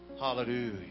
Hallelujah